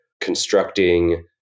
constructing